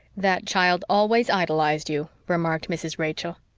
that child always idolised you, remarked mrs. rachel.